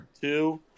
Two